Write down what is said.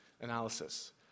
analysis